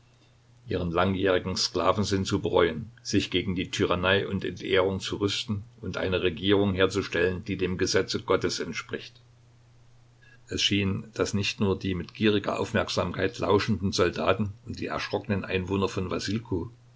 ihren langjährigen sklavensinn zu bereuen sich gegen die tyrannei und entehrung zu rüsten und eine regierung herzustellen die dem gesetze gottes entspricht es schien daß nicht nur die mit gieriger aufmerksamkeit lauschenden soldaten und die erschrockenen einwohner von